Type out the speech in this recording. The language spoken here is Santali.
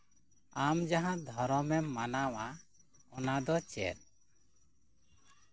ᱟᱢ ᱡᱟᱦᱟᱸ ᱫᱷᱚᱨᱚᱢᱮᱢ ᱢᱟᱱᱟᱣᱟ ᱚᱱᱟ ᱫᱚ ᱪᱮᱫ